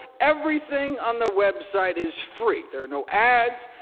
everything on the website is free. there are no ads,